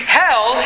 hell